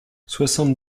soixante